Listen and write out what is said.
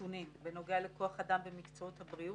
ונתונים בנוגע לכוח אדם במקצועות הבריאות,